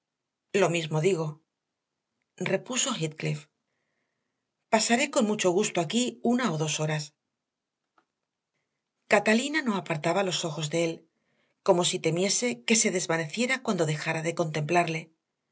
lo mismo digo repuso heathcliff pasaré con mucho gusto aquí una o dos horas catalina no apartaba los ojos de él como si temiese que se desvaneciera cuando dejara de contemplarle